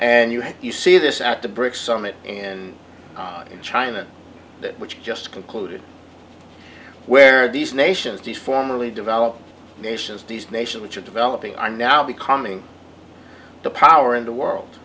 and you have you see this at the bric summit in china which just concluded where these nations these formerly developed nations these nations which are developing i'm now becoming the power in the world